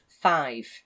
five